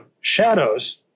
shadows